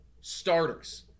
starters